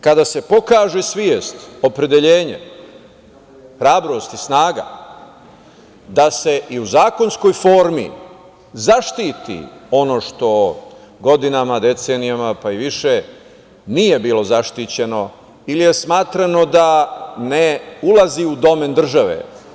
Kada se pokaže svest, opredelenje, hrabrost i snaga da se i u zakonskoj formi zaštiti ono što godinama, decenijama, pa i više nije bilo zaštićeno ili je smatrano da ne ulazi u domen države.